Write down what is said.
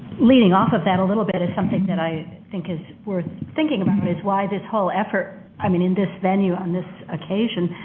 leading off of that a little bit is something that i think is worth thinking about, and why this whole effort i mean in this venue on this occasion,